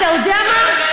אתה יודע מה?